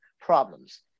problems